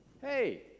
Hey